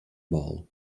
ball